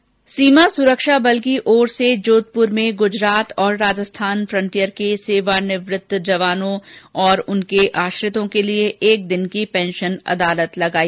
सीमा सुरक्षा बल की ओर से जोधपुर में गुजरात और राजस्थान फन्टियर के सेवानिवृत्त जवानों अपंग विरांगनाओं और उनके आश्रितों के लिए एक दिन की पेंशन अदालत लगाई